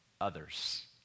others